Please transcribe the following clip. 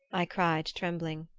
i cried, trembling.